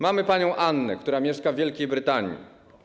Mamy panią Annę, która mieszka w Wielkiej Brytanii.